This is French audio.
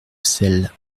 sel